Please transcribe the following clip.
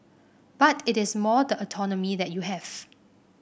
but it is more the autonomy that you have